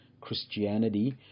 Christianity